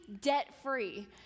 debt-free